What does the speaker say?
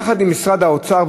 יחד עם משרדי האוצר,